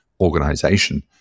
organization